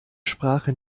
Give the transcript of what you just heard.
sprache